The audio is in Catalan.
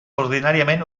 ordinàriament